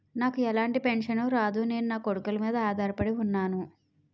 నాకు ఎలాంటి పెన్షన్ రాదు నేను నాకొడుకుల మీద ఆధార్ పడి ఉన్నాను